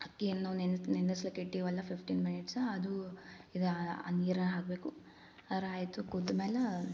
ಅಕ್ಕಿಯನ್ನು ನೆನಸ್ಲಿಕ್ ಇಟ್ಟೀವಲ್ಲ ಫಿಫ್ಟೀನ್ ಮಿನಿಟ್ಸ್ ಅದು ಇದು ಆ ನೀರು ಹಾಕ್ಬೇಕು ಅರಾ ಆಯಿತು ಕುದ್ದ ಮೇಲೆ